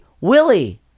Willie